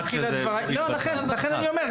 לכן אני אומר,